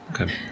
Okay